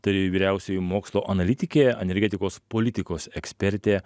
tai vyriausioji mokslo analitikė energetikos politikos ekspertė